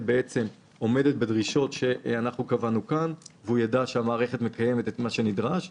עומדת בדרישות שקבענו כאן והוא יידע שהמערכת מקיימת את מה שנדרש,